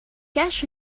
cash